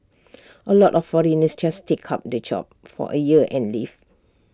A lot of foreigners just take up the job for A year and leave